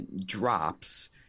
drops